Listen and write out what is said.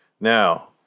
Now